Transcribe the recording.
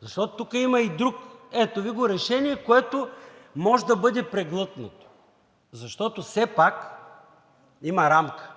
по това решение. Ето Ви решение, което може да бъде преглътнато, защото все пак има рамка,